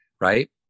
right